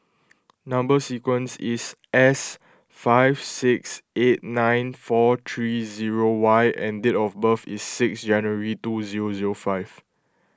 Number Sequence is S five six eight nine four three zero Y and date of birth is six January two zero zero five